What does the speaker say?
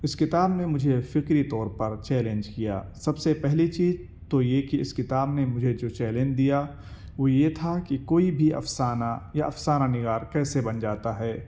اس کتاب نے مجھے فکری طور پر چیلنج کیا سب سے پہلی چیز تو یہ کہ اس کتاب نے مجھے جو چیلنج دیا وہ یہ تھا کہ کوئی بھی افسانہ یا افسانہ نگار کیسے بن جاتا ہے